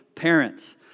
Parents